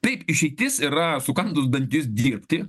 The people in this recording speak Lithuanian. taip išeitis yra sukandus dantis dirbti